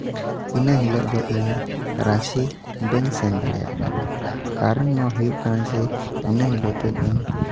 ᱤᱱᱟᱹ ᱦᱤᱞᱳᱜ ᱫᱚ ᱤᱧ ᱨᱟᱪᱺᱤ ᱵᱟᱹᱧ ᱥᱮᱱ ᱫᱟᱲᱮᱭᱟᱜ ᱠᱟᱱᱟ ᱠᱟᱨᱚᱱ ᱱᱚᱣᱟ ᱦᱩᱭᱩᱜ ᱠᱟᱱᱟ ᱡᱮ ᱤᱱᱟᱹ ᱦᱤᱞᱳᱜ ᱫᱚ ᱤᱧ